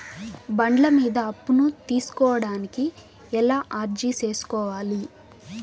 బండ్ల మీద అప్పును తీసుకోడానికి ఎలా అర్జీ సేసుకోవాలి?